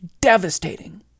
devastating